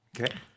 Okay